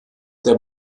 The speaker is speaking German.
der